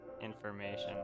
information